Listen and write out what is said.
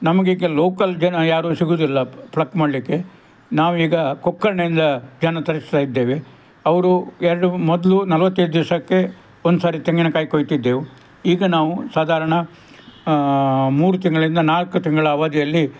ನಮಗೆ ಈಗ ಲೋಕಲ್ ಜನ ಯಾರು ಸಿಗೋದಿಲ್ಲ ಪ್ಲಕ್ ಮಾಡಲಿಕ್ಕೆ ನಾವೀಗ ಕೊಕ್ಕರ್ಣೆಯಿಂದ ಜನ ತರಿಸ್ತಾ ಇದ್ದೇವೆ ಅವರು ಎರಡು ಮೊದಲು ನಲವತ್ತೈದು ದಿವಸಕ್ಕೆ ಒಂದುಸರಿ ತೆಂಗಿನ ಕಾಯಿ ಕೊಯ್ತಿದ್ದೆವು ಈಗ ನಾವು ಸಾಧಾರಣ ಮೂರು ತಿಂಗಳಿಂದ ನಾಲ್ಕು ತಿಂಗಳ ಅವಧಿಯಲ್ಲಿ